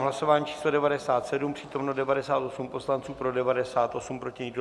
Hlasování číslo 97, přítomno 98 poslanců, pro 98, proti nikdo.